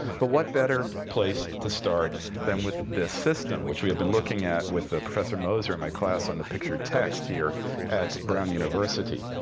but what better place to start than with this system, which we have been looking at with professor moser in my class on the pictured text here at brown university.